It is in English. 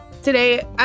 today